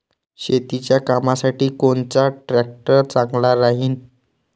शेतीच्या कामासाठी कोनचा ट्रॅक्टर चांगला राहीन?